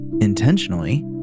intentionally